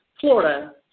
Florida